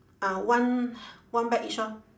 ah one one bag each orh